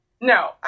No